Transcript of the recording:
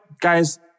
Guys